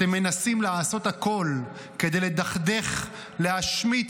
אתם מנסים לעשות הכול כדי לדכדך, להשמיץ,